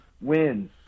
wins